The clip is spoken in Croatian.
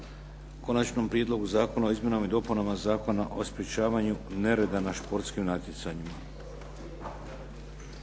Konačnom prijedlogu zakona o izmjenama i dopunama Zakona o sprečavanju nereda na športskim natjecanjima.